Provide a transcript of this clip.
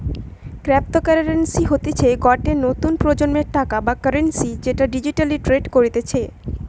cryptocurrency হতিছে গটে নতুন প্রজন্মের টাকা বা কারেন্সি যেটা ডিজিটালি ট্রেড করতিছে